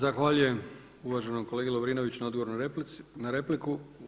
Zahvaljujem uvaženom kolegi Lovrinoviću na odgovoru na repliku.